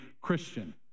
Christian